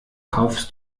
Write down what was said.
kaufst